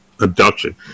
abduction